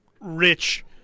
rich